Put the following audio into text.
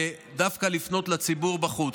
ודווקא לפנות לציבור בחוץ.